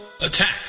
Attack